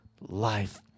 life